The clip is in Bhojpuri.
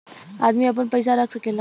अदमी आपन पइसा रख सकेला